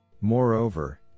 Moreover